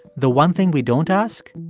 the one thing we don't ask